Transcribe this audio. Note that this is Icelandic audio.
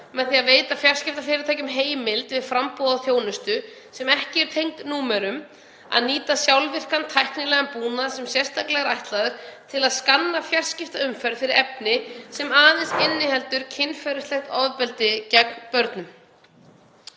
með því að veita fjarskiptafyrirtækjum heimild, við framboð á þjónustu sem ekki er tengd númerum, að nýta sjálfvirkan, tæknilegan búnað sem sérstaklega er ætlaður til að skanna fjarskiptaumferð fyrir efni sem inniheldur kynferðislegt ofbeldi gegn börnum.